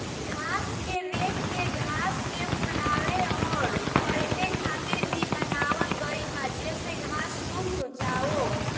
घास के रेक के घास के फुलावे अउर पलटे खातिर भी बनावल गईल बा जेसे घास सुख जाओ